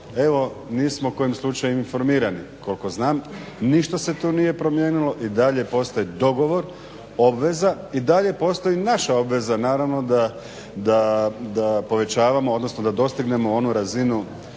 evo nismo kojim slučajem informirani. Koliko znam ništa se tu nije promijenilo i dalje postoji dogovor, obveza i dalje postoji naša obveza naravno da povećavamo, odnosno da dostignemo onu razinu